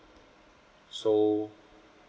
so